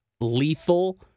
lethal